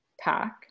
pack